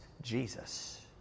Jesus